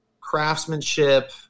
craftsmanship